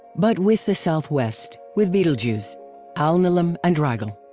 but with the southwest, with betelgeuse alnilam and rigel,